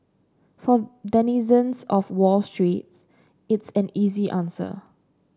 for denizens of Wall Street it's an easy answer